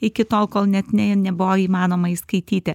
iki tol kol net ne nebuvo įmanoma įskaityti